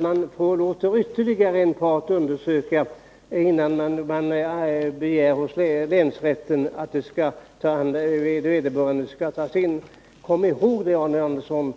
man låter ytterligare en part undersöka, innan man begär hos länsrätten att vederbörande skall tas in. Kom ihåg det, Arne Andersson!